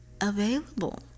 available